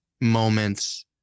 moments